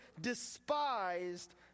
despised